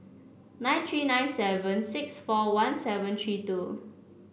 nine three nine seven six four one seven three two